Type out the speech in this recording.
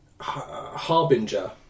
Harbinger